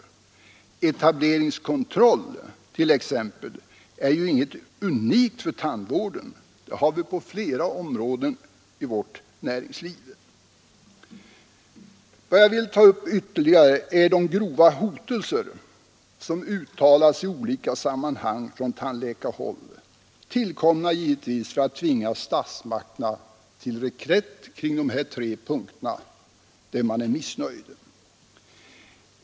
Det är inte någonting unikt för tandvården att ha etableringskontroll. En sådan finns på flera områden i vårt näringsliv. Vad jag vill ta upp ytterligare är de grova hotelser som uttalats i olika sammanhang från tandläkarhåll, tillkomna för att tvinga statsmakterna till reträtt på de punkter där man är missnöjd.